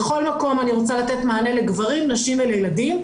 בכל מקום אני רוצה לתת מענה לגברים, נשים וילדים.